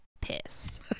pissed